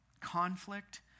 conflict